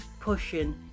pushing